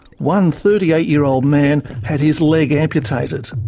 one thirty eight year old man had his leg amputated.